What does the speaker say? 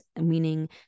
meaning